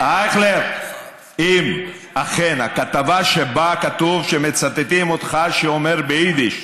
אם אכן הכתבה שבה כתוב, שמצטטים אותך אומר ביידיש,